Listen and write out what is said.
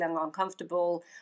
uncomfortable